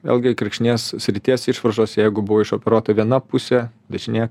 vėlgi kirkšnies srities išvaržos jeigu buvo išoperuota viena pusė dešinė